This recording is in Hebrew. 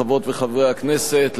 חברות וחברי הכנסת,